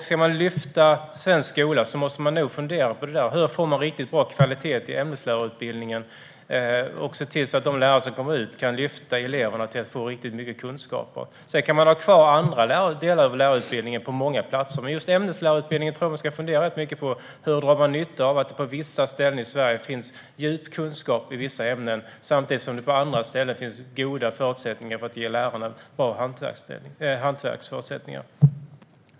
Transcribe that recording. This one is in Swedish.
Ska man lyfta svensk skola måste man nog fundera på detta: Hur får vi riktigt bra kvalitet i ämneslärarutbildningen så att vi kan se till att de lärare som kommer ut kan lyfta eleverna till att få riktigt mycket kunskaper? Man kan visst ha kvar andra delar av lärarutbildningen på många platser, men just när det gäller ämneslärarutbildningen tror jag att man ska fundera rätt mycket på hur man kan dra nytta av att det på vissa ställen i Sverige finns djup kunskap i vissa ämnen, samtidigt som det på andra ställen finns goda förutsättningar för att ge lärarna bra kunskaper i själva hantverket.